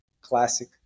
Classic